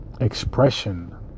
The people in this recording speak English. expression